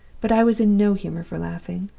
but i was in no humor for laughing,